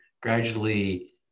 gradually